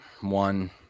one